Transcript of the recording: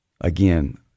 Again